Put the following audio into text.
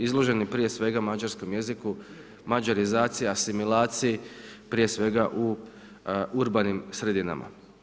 Izloženi prije svega Mađarskom jeziku, mađarizacija, asimilaciji prije svega u urbanim sredinama.